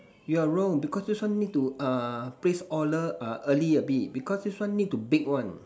you are wrong because this one need to err place order err early a bit because this one need to bake one